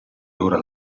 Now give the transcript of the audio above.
ora